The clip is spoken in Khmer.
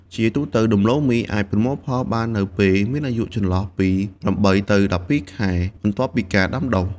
ជាទូទៅ ដំឡូងមីអាចប្រមូលផលបាននៅពេលមានអាយុចន្លោះពី ៨ ទៅ ១២ ខែ បន្ទាប់ពីការដាំដុះ។